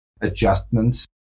adjustments